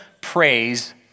praise